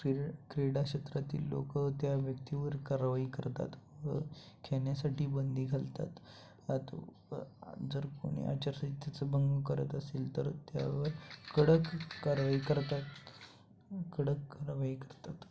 क्रीड क्रीडा क्षेत्रातील लोक त्या व्यक्तीवर कारवाई करतात व खेळण्यासाठी बंदी घालतात व आता जर कोणी आचारसहितेचं भंग करत असेल तर त्यावर कडक कारवाई करतात कडक कारवाई करतात